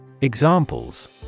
Examples